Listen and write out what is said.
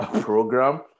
program